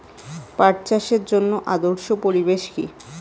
পাট চাষের জন্য আদর্শ পরিবেশ কি?